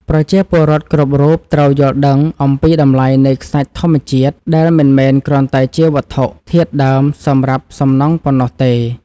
ប្រជាពលរដ្ឋគ្រប់រូបត្រូវយល់ដឹងអំពីតម្លៃនៃខ្សាច់ធម្មជាតិដែលមិនមែនគ្រាន់តែជាវត្ថុធាតុដើមសម្រាប់សំណង់ប៉ុណ្ណោះទេ។